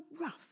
rough